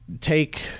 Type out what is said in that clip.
take –